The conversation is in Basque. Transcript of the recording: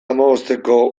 hamabosteko